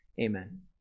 Amen